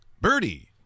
Birdie